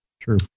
true